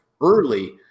early